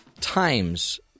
times